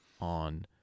on